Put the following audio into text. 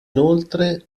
inoltre